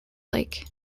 lake